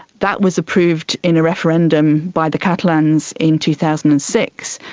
that was approved in a referendum by the catalans in two thousand and six,